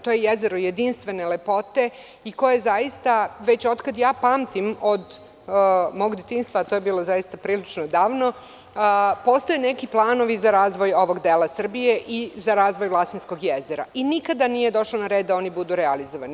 To je jezero jedinstvene lepote i za koje zaista, već od kad ja pamtim, od mog detinjstva, a to je bilo zaista prilično davno, postoje neki planovi za razvoj ovog dela Srbije i za razvoj Vlasinskog jezera i nikada nije došlo na red da oni budu realizovani.